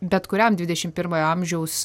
bet kuriam dvidešimt pirmojo amžiaus